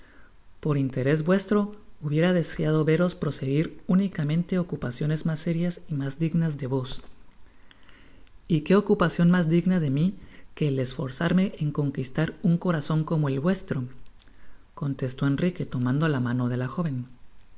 por interés vuestro hubiera deseado veros proseguir únicamente ocupaciones mas sérias y mas dignas de vos y qué ocupacion mas digna de mi que el esforzarme en conquistar un corazon como el vuestro contestó enrique tomando la mano de la joven